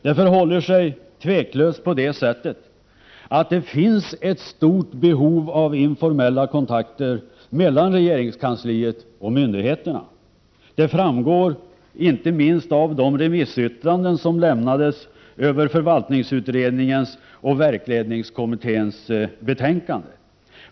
Det finns otvivelaktigt ett stort behov av informella kontakter mellan regeringskansliet och myndigheterna. Detta framgår inte minst av de remissyttranden som lämnades över förvaltningsutredningens och verksledningskommitténs betänkanden.